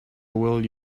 will